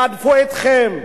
רדפו אתכם.